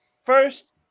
First